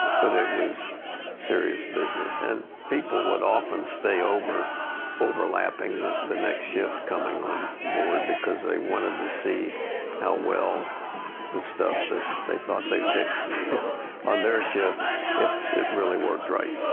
but it was serious business and people would often stay over overlapping the next shift coming on board because they wanted to see how well the stuff that they thought they fixed on their shift if it really worked right.